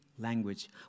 language